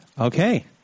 Okay